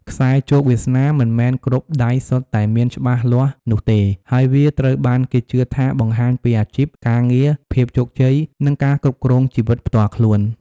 ខ្សែជោគវាសនា មិនមែនគ្រប់ដៃសុទ្ធតែមានច្បាស់លាស់នោះទេ ហើយវាត្រូវបានគេជឿថាបង្ហាញពីអាជីព ការងារ ភាពជោគជ័យ និងការគ្រប់គ្រងជីវិតផ្ទាល់ខ្លួន។